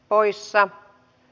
porissa